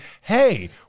Hey